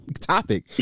topic